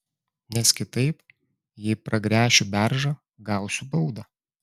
nes kitaip jei pragręšiu beržą gausiu baudą